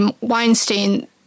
weinstein